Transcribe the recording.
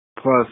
Plus